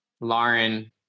Lauren